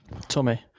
Tommy